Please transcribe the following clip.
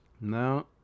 No